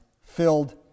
filled